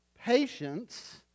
Patience